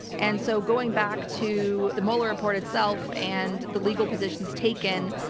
and so going back to the mueller report itself and the legal positions taken,